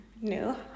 No